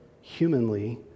humanly